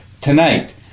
tonight